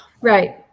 right